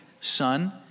son